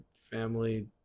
family